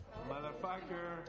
Motherfucker